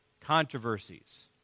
controversies